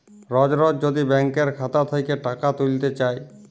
রজ রজ যদি ব্যাংকের খাতা থ্যাইকে টাকা ত্যুইলতে চায়